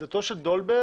עמדתו של דולברג,